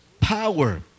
power